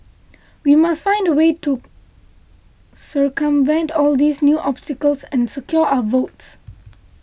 we must find a way to circumvent all these new obstacles and secure our votes